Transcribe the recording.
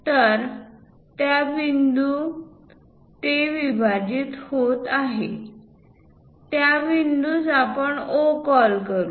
तर ज्या बिंदूत ते विभाजित होत आहे त्या बिंदूस आपण O कॉल करू